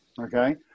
Okay